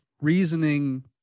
reasoning